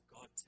God